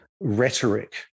rhetoric